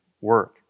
work